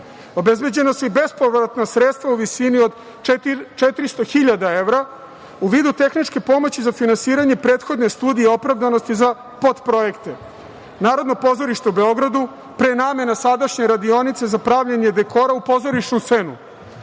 Obezbeđena su i bespovratna sredstva u visini od 400 hiljada evra u vidu tehničke pomoći za finansiranje prethodne studije opravdanosti za potprojekte: Narodno pozorište u Beogradu, prenamena sadašnje radionice za pravljenje dekora u pozorišnu scenu,